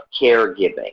caregiving